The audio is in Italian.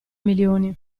milioni